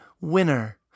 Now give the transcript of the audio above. WINNER